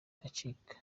acika